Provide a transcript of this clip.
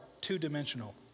two-dimensional